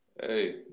hey